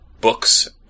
books